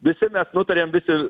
visi mes nutarėm visi